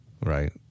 right